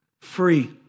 free